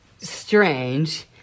strange